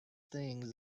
things